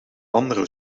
andere